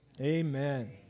Amen